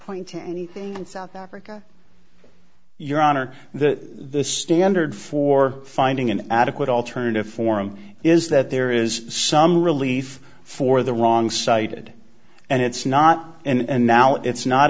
point to anything in south africa your honor that the standard for finding an adequate alternative for him is that there is some relief for the long sighted and it's not and now it's not